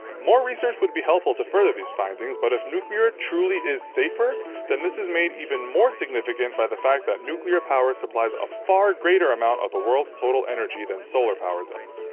more research would be helpful to further these findings, but if nuclear truly is safer, then this is made even more significant by the fact that nuclear power supplies a far greater amount of the world's total energy than solar power does.